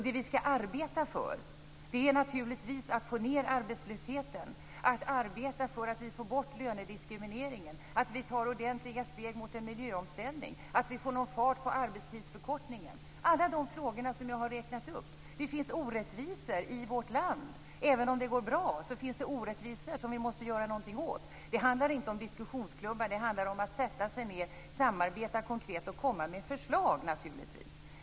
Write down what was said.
Det vi skall arbeta för är naturligtvis att få ned arbetslösheten, att få bort lönediskrimineringen, att ta ordentliga steg mot en miljöomställning och att få fart på arbetstidsförkortningen - alla de frågor som jag har räknat upp. Det finns orättvisor i vårt land. Även om det går bra finns det orättvisor som vi måste göra något åt. Det handlar inte om diskussionsklubbar. Det handlar naturligtvis om att sätta sig ned, samarbeta konkret och komma med förslag.